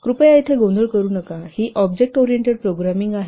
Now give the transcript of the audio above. कृपया येथे गोंधळ करू नका ही ऑब्जेक्ट ओरिएंटेड प्रोग्रामिंग आहे